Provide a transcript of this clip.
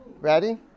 Ready